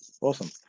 awesome